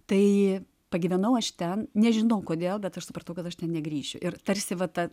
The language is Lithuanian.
tai pagyvenau aš ten nežinau kodėl bet aš supratau kad aš ten negrįšiu ir tarsi va ta